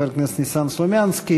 חבר הכנסת ניסן סלומינסקי,